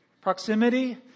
Proximity